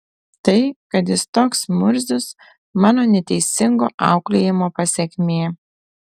tai kad jis toks murzius mano neteisingo auklėjimo pasekmė